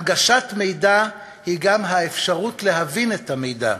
הנגשת מידע היא גם האפשרות להבין את המידע,